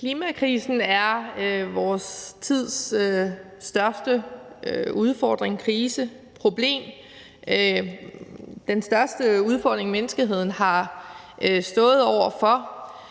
Klimakrisen er vores tids største udfordring, krise og problem. Det er den største udfordring, menneskeheden har stået over for,